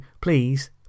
please